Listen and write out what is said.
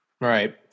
Right